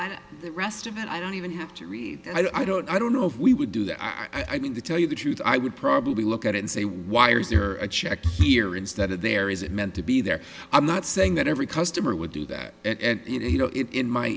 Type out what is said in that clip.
know the rest of it i don't even have to read and i don't i don't know if we would do that i mean to tell you the truth i would probably look at it and say why or is there a check here instead of there is it meant to be there i'm not saying that every customer would do that and you know it in my